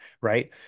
right